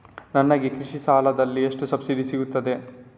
ನನಗೆ ಕೃಷಿ ಸಾಲದಲ್ಲಿ ಎಷ್ಟು ಸಬ್ಸಿಡಿ ಸೀಗುತ್ತದೆ?